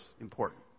important